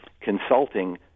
consulting